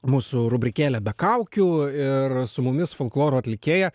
mūsų rubrikėlę be kaukių ir su mumis folkloro atlikėja